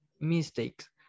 mistakes